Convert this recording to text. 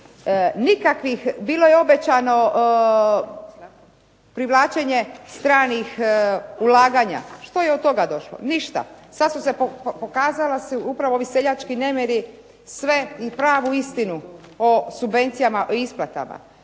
Nikakvih, bilo je obećano privlačenje stranih ulaganja, što je od toga došlo? Ništa. Pokazali su upravo ovi seljački nemiri sve i pravu istinu o subvencijama, o isplatama.